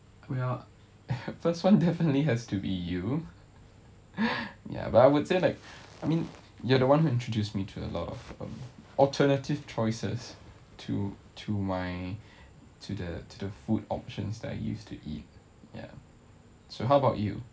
well first one definitely has to be you ya but I would say like I mean you are the one who introduced me to a lot of um alternative choices to to my to the to the food options that used to eat ya so how about you